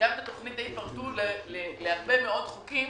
גם את התוכנית ההיא פרטו להרבה מאוד חוקים,